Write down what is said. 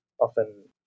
often